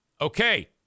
Okay